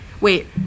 wait